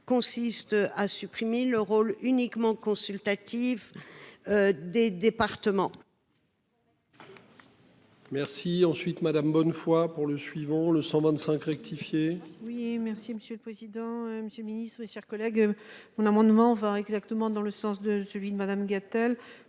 consiste à supprimer le rôle uniquement consultatif. Des départements.